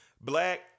Black